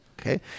okay